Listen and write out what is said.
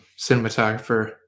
cinematographer